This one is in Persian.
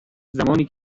زمانی